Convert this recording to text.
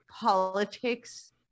politics